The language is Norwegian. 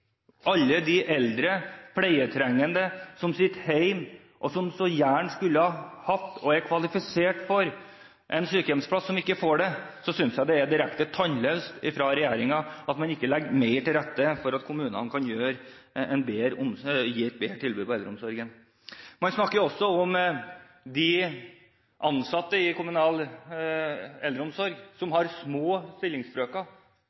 alle de eldre pleietrengende som sitter hjemme, og som så gjerne skulle hatt – og er kvalifisert for – en sykehjemsplass, og som ikke får det, synes jeg det er direkte tannløst av regjeringen at man ikke legger mer til rette for at kommunene kan gi et bedre tilbud. Man snakker også om de ansatte i kommunal eldreomsorg som